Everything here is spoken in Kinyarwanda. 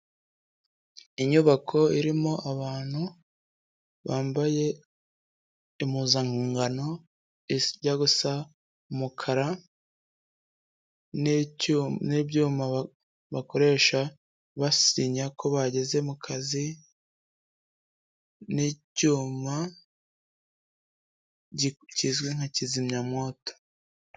Inyubako irimo abantu, bambaye impuzankano ijya gusa umukara, n'ibyuma bakoresha basinya ko bageze mu kazi, n'icyuma kizwi nka kizimyamwoto.